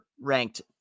ranked